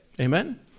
amen